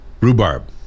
rhubarb